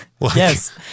Yes